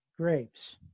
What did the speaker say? grapes